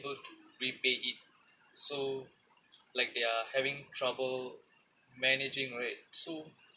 ~ble to repay it so like they are having trouble managing right so